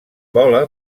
vola